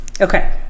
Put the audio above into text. Okay